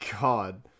God